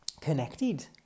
connected